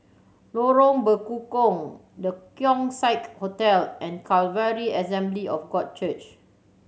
Lorong Bekukong The Keong Saik Hotel and Calvary Assembly of God Church